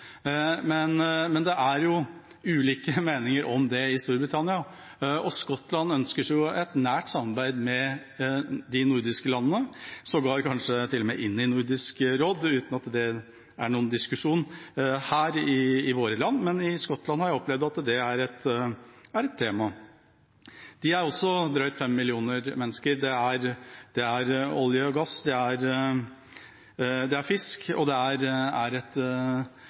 Men det er ulike meninger om det i Storbritannia, og Skottland ønsker seg et nært samarbeid med de nordiske landene og vil sågar kanskje til og med inn i Nordisk råd – uten at det er noen diskusjon her i våre land, men i Skottland har jeg opplevd at det er et tema. De er også drøyt fem millioner mennesker, det er olje og gass der, det er fisk, det er et utdanningssystem som er veldig på linje med det norske, og et